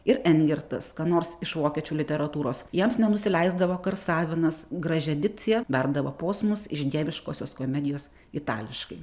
ir engertas nors iš vokiečių literatūros jiems nenusileisdavo karsavinas gražia ditcija berdavo posmus iš dieviškosios komedijos itališkai